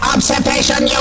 Observation